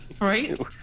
right